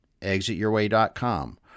ExitYourWay.com